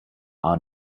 are